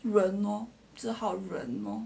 忍咯只好忍咯